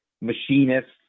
machinists